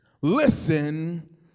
listen